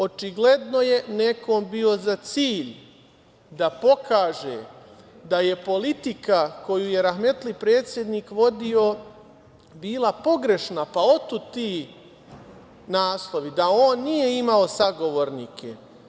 Očigledno je nekom bio za cilj da pokaže da je politika koju je rahmetli predsednik vodio bila pogrešna, pa otud ti naslovi da on nije imao sagovornike.